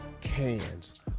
cans